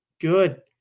good